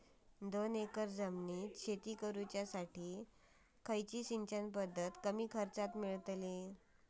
दोन एकर जमिनीत शेती करूच्या खातीर कसली सिंचन पध्दत कमी खर्चात मेलतली?